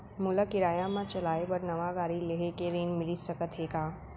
मोला किराया मा चलाए बर नवा गाड़ी लेहे के ऋण मिलिस सकत हे का?